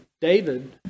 David